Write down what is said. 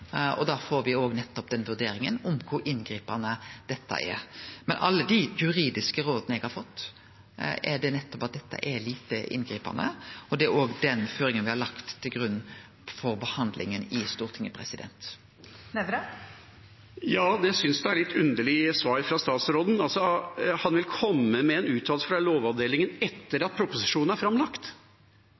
vurderinga av kor inngripande dette er. Men alle dei juridiske råda eg har fått, er at dette er lite inngripande, og det er den føringa me har lagt til grunn for behandlinga i Stortinget. Arne Nævra – til oppfølgingsspørsmål. Jeg synes det er